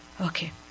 Okay